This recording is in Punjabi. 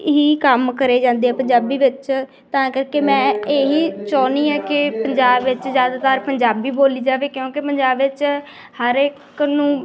ਹੀ ਕੰਮ ਕਰੇ ਜਾਂਦੇ ਆ ਪੰਜਾਬੀ ਵਿੱਚ ਤਾਂ ਕਰਕੇ ਮੈਂ ਇਹੀ ਚਾਹੁੰਦੀ ਹਾਂ ਕਿ ਪੰਜਾਬ ਵਿੱਚ ਜ਼ਿਆਦਾਤਰ ਪੰਜਾਬੀ ਬੋਲੀ ਜਾਵੇ ਕਿਉਂਕਿ ਪੰਜਾਬ ਵਿੱਚ ਹਰ ਇੱਕ ਨੂੰ